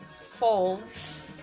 folds